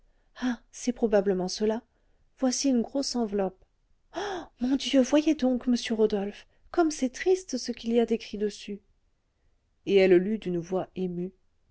ah c'est probablement cela voici une grosse enveloppe ah mon dieu voyez donc monsieur rodolphe comme c'est triste ce qu'il y a d'écrit dessus et elle lut d'une voix émue